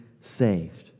saved